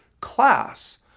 class